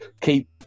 keep